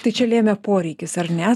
tai čia lėmė poreikis ar ne